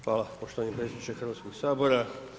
Hvala poštovani predsjedniče Hrvatskog sabora.